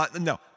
No